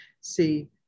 See